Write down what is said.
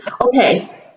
okay